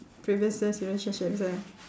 previous years relationships ah